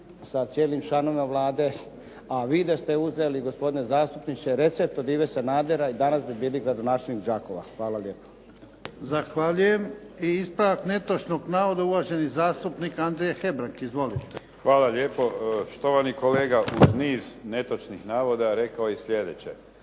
Hvala lijepo. Štovani kolega uz niz netočnih navoda rekao je i sljedeće: